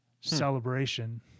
celebration